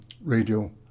radio